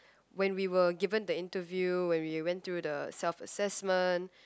when we were given the interview when we went through the self assessment